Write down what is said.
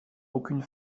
aucune